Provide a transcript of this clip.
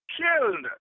killed